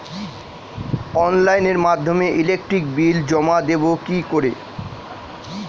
অনলাইনের মাধ্যমে electric bill জমা দেবো কি করে?